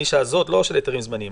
הנישה לא של היתרים זמניים,